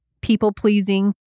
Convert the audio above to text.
people-pleasing